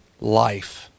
life